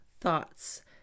thoughts